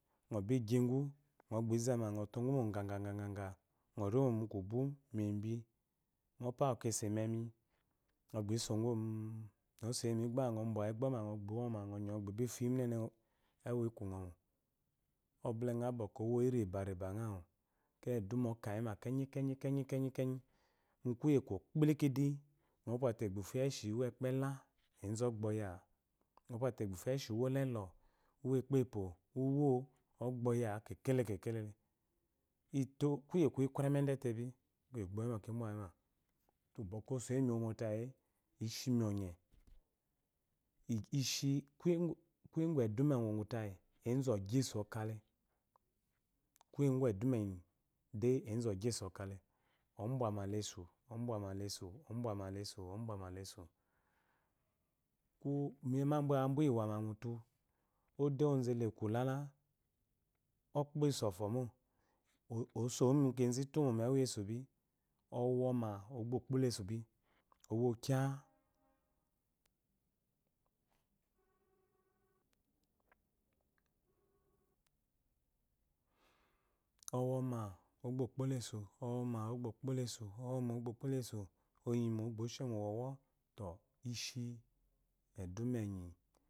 Mgo bi gyigu ngo gbi zema ngo togumo gagaga ngo remu kubu mebi mu opawu kese memi ngo gbijoemigboma ngobwa yi gboma ngo woma ngo nyo ngo gbibi fuyi munene egu ikungomo obulenga bwɔkwɔ owoyi reba riba nga akwu akeyi eduma okayi ma kenyi kenyi mukuyo kpilikidi ngo pwate egbufu yi eshi uwo ekpele ezu ogboyi ngo pwate egbufu yi eshi uwokela uwokpe pwo uwo ogbaya kelekele ito kuye kuremede tebi ki gboyima ki bwayima tebwɔkwɔ oseye mi wotayee ishimi ɔnye ishi kuye gu eduma enyi tayi esu ogesu ɔnye okale kuye gu eduma enyi de ezu ogesu okale obwma lesu obwalesu obwamalesu obwamalesu ko mabwabu wama mutu ode wozole ekulala okpaesu ofomo osomu mukzu iyumo bala esui owo maogba okpololesbi owkya owoma ogba okpoloesu owoma ogba okpoloesu oyimo ogba oshemo wowo tɔ ishi eduma enyi